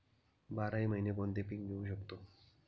बाराही महिने कोणते पीक घेवू शकतो?